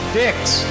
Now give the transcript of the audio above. dicks